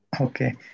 Okay